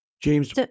james